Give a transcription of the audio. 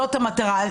זאת המטרה,